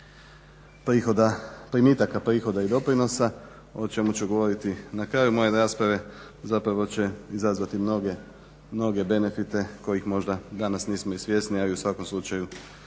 primitaka, prihoda i doprinosa o čemu ću govoriti na kraju moje rasprava, zapravo će izazvati mnoge benefite kojih danas nismo ni svjesni, ali bi u svakom slučaju